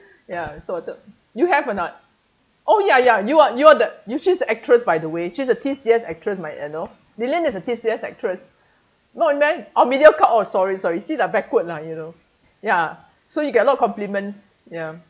ya so you have or not oh ya ya you are you are the she's the actress by the way she's a T_C_S actress might you know is a T_C_S actress not then oh mediacorp oh sorry sorry see lah backward lah you know ya so you get a lot compliments ya